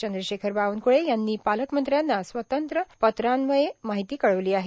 चंद्रशेखर बावनकुळे यांनी पालकमंत्र्यांना स्वतंत्र पत्रान्वये माहिती कळवली आहे